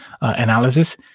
analysis